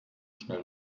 schnell